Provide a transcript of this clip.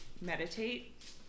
meditate